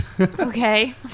Okay